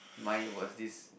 mine was this